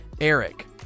Eric